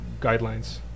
guidelines